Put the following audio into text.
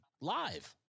live